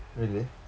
really